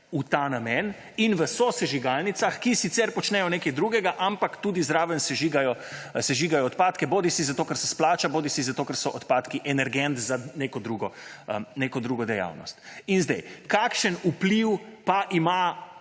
v ta namen, in v sosežigalnicah, ki sicer počnejo nekaj drugega, ampak zraven tudi sežigajo odpadke, bodisi ker se splača bodisi ker so odpadki energent za neko drugo dejavnost. Kakšen vpliv pa ima